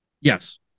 Yes